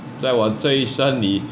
在我这一生里